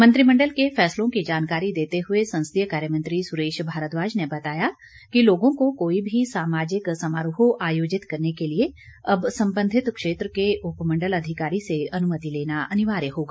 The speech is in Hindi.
मंत्रिमंडल के फैसलों की जानकारी देते हुए संसदीय कार्य मंत्री सुरेश भारद्वाज ने बताया कि लोगों को कोई भी सामाजिक समारोह आयोजित करने के लिए अब संबंधित क्षेत्र के उपमंडल अधिकारी से अनुमति लेना अनिवार्य होगा